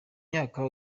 myaka